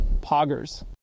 Poggers